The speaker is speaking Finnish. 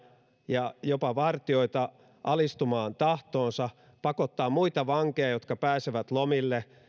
ja jopa vartijoita alistumaan tahtoonsa pakottaa muita vankeja jotka pääsevät lomille